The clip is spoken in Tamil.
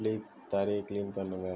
பிளீஸ் தரையை கிளீன் பண்ணுங்கள்